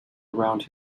around